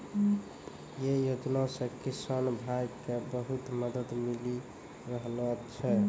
यै योजना सॅ किसान भाय क बहुत मदद मिली रहलो छै